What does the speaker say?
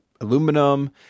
aluminum